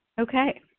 Okay